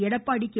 Edappadi K